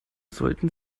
sollten